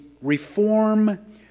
Reform